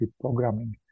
programming